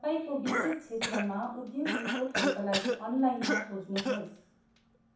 तपाईँँको विशेष क्षेत्रमा उद्योग रिपोर्टहरूका लागि अनलाइनमा खोज्नुहोस्